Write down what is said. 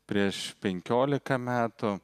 prieš penkiolika metų